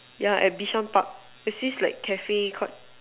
yeah at Bishan Park there's this like cafe called